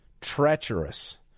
treacherous